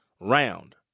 round